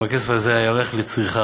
אם הכסף הזה היה הולך לצריכה,